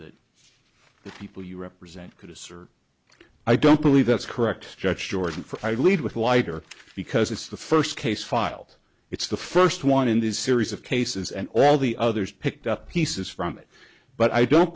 that the people you represent could assert i don't believe that's correct judge george and i lead with lighter because it's the first case filed it's the first one in this series of cases and all the others picked up pieces from it but i don't